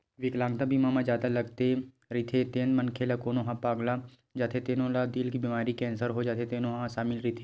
बिकलांगता बीमा म जादा लागे रहिथे तेन मनखे ला कोनो ह पगला जाथे तेनो ला दिल के बेमारी, केंसर हो जाथे तेनो ह सामिल रहिथे